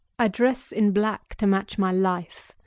i dress in black to match my life.